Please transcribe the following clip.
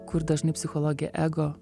kur dažnai psichologė ego